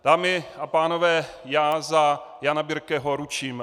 Dámy a pánové, já za Jana Birkeho ručím.